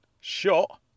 Shot